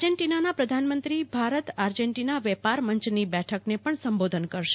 અર્જેન્ટીનાના પ્રધાનમંત્રીભારત આર્જેન્ટીના વેપાર મંચની બેઠકને પણ સંબોધન કરશે